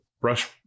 brush